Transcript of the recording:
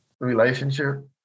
relationship